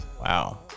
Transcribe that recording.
Wow